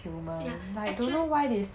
ya actual